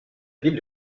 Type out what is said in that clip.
ville